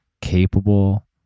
capable